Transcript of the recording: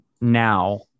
now